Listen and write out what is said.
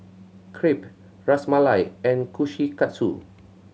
Crepe Ras Malai and Kushikatsu